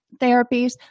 therapies